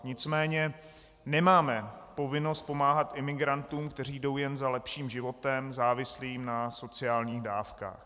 Nicméně nemáme povinnost pomáhat imigrantům, kteří jdou jen za lepším životem závislým na sociálních dávkách.